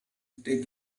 stay